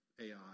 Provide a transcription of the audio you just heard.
AI